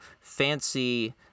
fancy